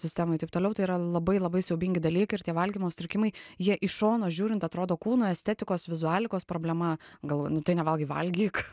sistemoj taip toliau tai yra labai labai siaubingi dalykai ir tie valgymo sutrikimai jie iš šono žiūrint atrodo kūno estetikos vizualikos problema galvoj nu tai nevalgai valgyk